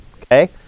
okay